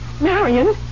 Marion